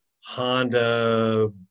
Honda